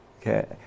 okay